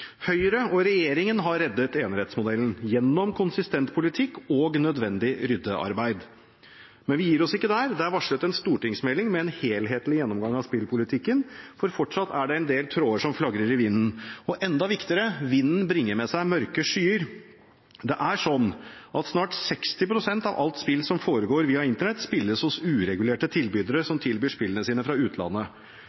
Høyre og regjeringen har reddet enerettsmodellen gjennom konsistent politikk og nødvendig ryddearbeid. Men vi gir oss ikke der. Det er varslet en stortingsmelding med en helhetlig gjennomgang av spillpolitikken, for fortsatt er det en del tråder som flagrer i vinden. Og enda viktigere: Vinden bringer med seg mørke skyer. Det er sånn at snart 60 pst. av alt spill som foregår via Internett, spilles hos uregulerte tilbydere som tilbyr spillene sine fra utlandet.